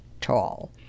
tall